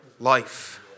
life